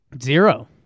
Zero